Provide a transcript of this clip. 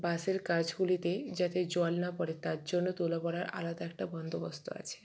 বাসের কাচগুলিতে যাতে জল না পড়ে তার জন্য তোলা পড়ার আলাদা একটা বন্দোবস্ত আছে